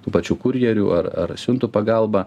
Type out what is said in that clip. tų pačių kurjerių ar ar siuntų pagalba